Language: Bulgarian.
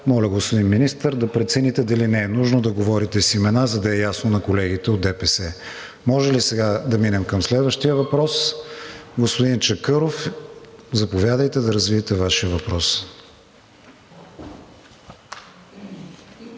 Моля, господин Министър, да прецените дали не е нужно да говорите с имена, за да е ясно на колегите от ДПС. Може ли сега да преминем към следващия въпрос? Господин Чакъров – заповядайте да развитие Вашия въпрос.